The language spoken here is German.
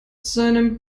seinem